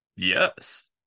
Yes